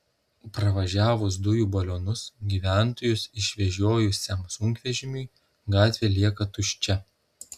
pravažiavus dujų balionus gyventojus išvežiojusiam sunkvežimiui gatvė lieka tuščia